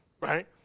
right